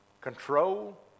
control